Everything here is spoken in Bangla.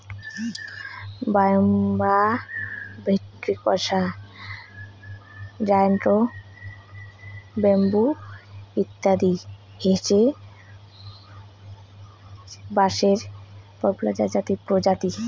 বাম্বুসা ভেন্ট্রিকসা, জায়ন্ট ব্যাম্বু ইত্যাদি হসে বাঁশের প্রজাতি